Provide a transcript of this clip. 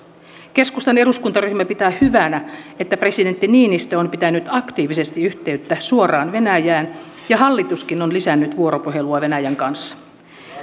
keskustan eduskuntaryhmä pitää hyvänä että presidentti niinistö on pitänyt aktiivisesti yhteyttä suoraan venäjään ja hallituskin on lisännyt vuoropuhelua venäjän kanssa